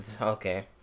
okay